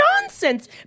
nonsense